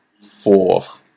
Fourth